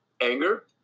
Anger